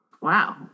Wow